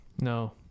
No